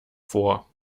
vor